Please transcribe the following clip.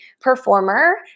performer